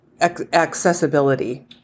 accessibility